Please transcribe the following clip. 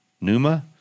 Numa